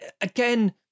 again